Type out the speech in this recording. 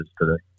today